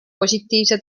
positiivse